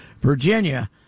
Virginia